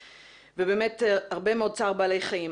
ובאמת הרבה מאוד צער בעלי חיים.